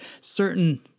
certain